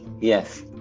Yes